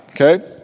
Okay